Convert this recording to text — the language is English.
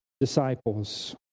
disciples